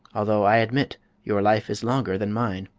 although i admit your life is longer than mine.